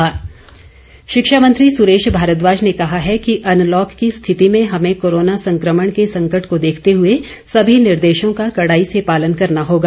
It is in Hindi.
सुरेश भारद्वाज शिक्षा मंत्री सुरेश भारद्वाज ने कहा है कि अनलॉक की स्थिति में हमें कोरोना संकमण के संकट को देखते हुए सभी निर्देशों का कड़ाई से पालन करना होगा